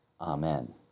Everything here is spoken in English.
amen